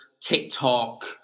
TikTok